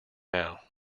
now